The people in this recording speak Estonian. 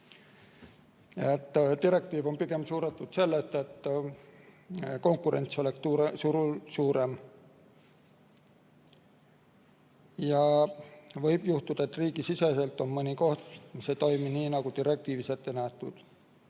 Direktiiv on pigem suunatud sellele, et konkurents oleks turul suurem. Võib juhtuda, et riigisiseselt on mõni koht, mis ei toimi nii, nagu direktiivis ette nähtud,